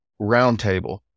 Roundtable